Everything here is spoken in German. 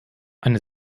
eine